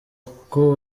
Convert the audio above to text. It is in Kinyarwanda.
uko